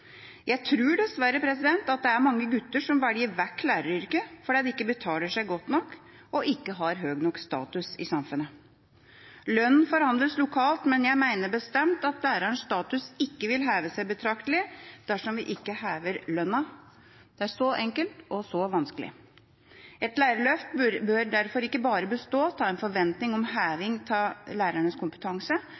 Jeg tror dessverre at det er mange gutter som velger vekk læreryrket fordi det ikke betaler seg godt nok og ikke har høy nok status i samfunnet. Lønn forhandles lokalt, men jeg mener bestemt at lærernes status ikke vil heve seg betraktelig dersom vi ikke hever lønna. Det er så enkelt og så vanskelig. Et lærerløft bør derfor ikke bare bestå av en forventning om heving av lærernes kompetanse,